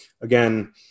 Again